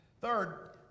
Third